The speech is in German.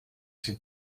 sie